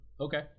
Okay